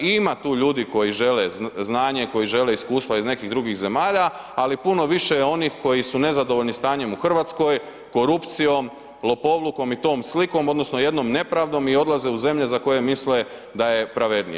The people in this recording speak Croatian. Ima tu ljudi koji žele znanje, koji žele iskustva iz nekih drugih zemalja, ali puno više je onih koji su nezadovoljni stanjem u Hrvatskoj, korupcijom i tom slikom odnosno jednom nepravdom i odlaze u zemlje za koje misle da je pravednije.